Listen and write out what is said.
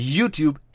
YouTube